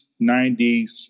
90s